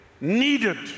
needed